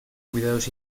cuidados